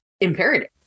imperative